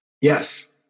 Yes